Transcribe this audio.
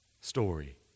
story